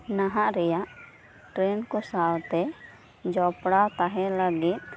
ᱱᱟᱦᱟᱜ ᱨᱮᱭᱟᱜ ᱴᱨᱮᱸᱰ ᱠᱚ ᱥᱟᱶᱛᱮ ᱡᱚᱯᱲᱟᱣ ᱛᱟᱦᱮᱱ ᱞᱟᱜᱤᱫ